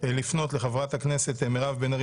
לפנות לחברת הכנסת מירב בן ארי,